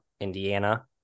Indiana